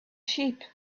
sheep